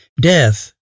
Death